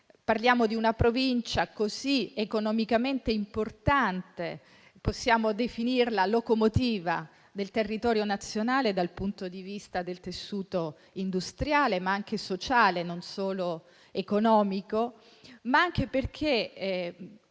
parliamo di una Provincia economicamente importante: possiamo definirla una locomotiva del territorio nazionale dal punto di vista del tessuto industriale, ma anche sociale e non solo economico, e i disagi che